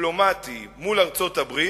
דיפלומטי מול ארצות-הברית,